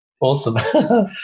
Awesome